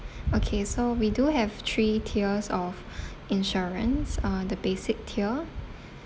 okay so we do have three tiers of insurance uh the basic tier